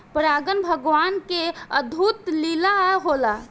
परागन भगवान के अद्भुत लीला होला